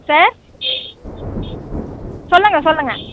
sir சொல்லுங்கள் சொல்லுங்கள்